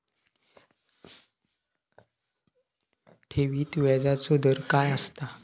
ठेवीत व्याजचो दर काय असता?